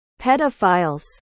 pedophiles